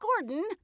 Gordon